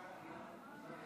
אדוני